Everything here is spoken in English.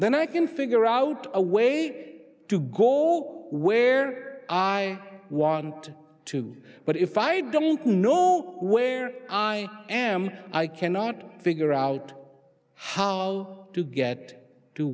then i can figure out a way to go where i want to but if i don't know where i am i cannot figure out how to get to